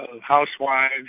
housewives